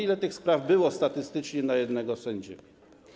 Ile tych spraw było statystycznie na jednego sędziego?